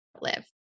live